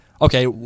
Okay